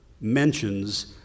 mentions